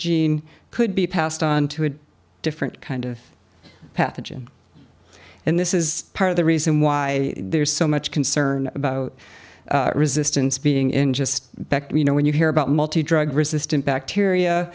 gene could be passed on to a different kind of pathogen and this is part of the reason why there's so much concern about resistance being in just you know when you hear about multi drug resistant bacteria